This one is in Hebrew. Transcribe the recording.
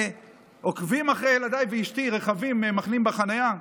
עוקבים אחרי ילדיי ואשתי, רכבים מחנים בחניה.